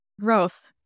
Growth